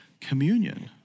communion